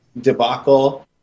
debacle